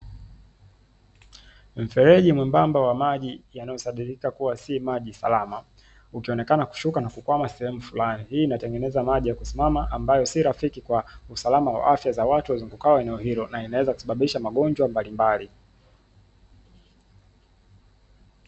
Mfereji mwembamba wa maji, yanayosadikika kuwa si maji salama, ukionekana kushuka na kukwama sehemu flani, hii inatengeneza maji ya kusimama ambayo si rafiki kwa usalama wa afya za watu wazungukao eneo hilo na inaweza kusababisha magonjwa mbalimbali.